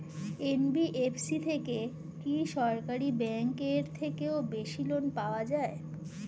NBFC থেকে কি সরকারি ব্যাংক এর থেকেও বেশি লোন পাওয়া যায়?